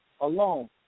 alone